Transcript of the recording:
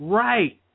right